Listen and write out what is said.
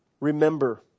Remember